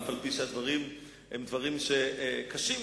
אף-על-פי שהדברים הם דברים קשים,